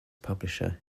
publisher